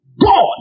God